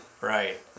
Right